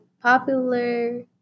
popular